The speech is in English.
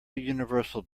universal